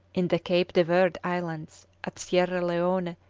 in the cape de verd islands, at sierra leone,